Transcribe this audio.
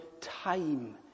time